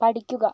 പഠിക്കുക